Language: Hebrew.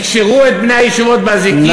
יקשרו את בני הישיבות באזיקים,